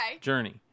Journey